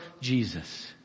Jesus